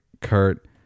Kurt